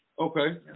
Okay